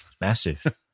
massive